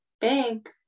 big